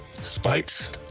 Spikes